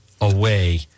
away